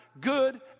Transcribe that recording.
good